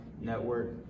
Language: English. Network